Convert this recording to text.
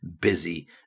busy